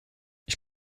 ich